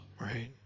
right